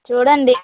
చూడండి